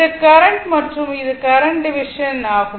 இது கரண்ட் மற்றும் இது கரண்ட் டிவிஷன் ஆகும்